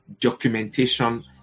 documentation